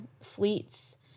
Fleets